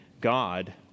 God